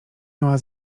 miała